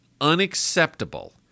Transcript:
unacceptable